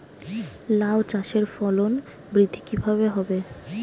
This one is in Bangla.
লাউ চাষের ফলন বৃদ্ধি কিভাবে হবে?